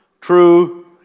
true